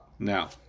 now